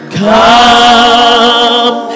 come